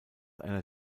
einer